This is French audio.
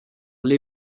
les